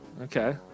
Okay